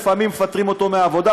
לפעמים מפטרים אותו מהעבודה,